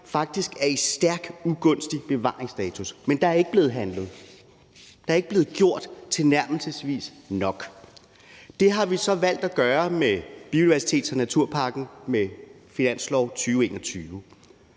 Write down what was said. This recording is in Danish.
Danmark er i en stærkt ugunstig bevaringsstatus, men der er ikke blevet handlet. Der er ikke blevet gjort tilnærmelsesvis nok. Men det har vi så valgt at gøre med biodiversitets- og naturpakken og med finansloven